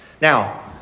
Now